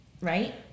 Right